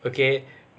okay